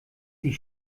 die